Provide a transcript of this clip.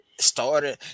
started